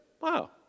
Wow